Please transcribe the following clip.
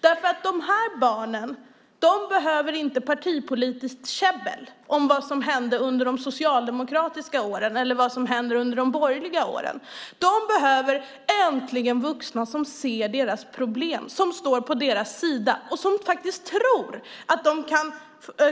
Dessa barn behöver nämligen inte partipolitiskt käbbel om vad som hände under de socialdemokratiska åren eller vad som händer under de borgerliga åren. De behöver vuxna som äntligen ser deras problem, står på deras sida och faktiskt tror att de kan